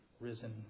risen